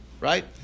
right